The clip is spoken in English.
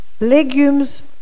legumes